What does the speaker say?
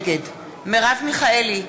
נגד מרב מיכאלי,